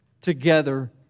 together